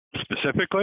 specifically